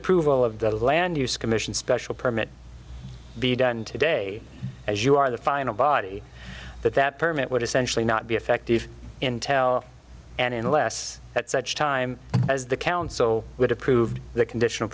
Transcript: approval of the land use commission special permit be done today as you are the final body but that permit would essentially not be effective intel and unless at such time as the council would approve the conditional